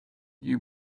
you